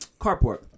carport